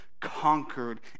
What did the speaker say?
conquered